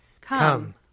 Come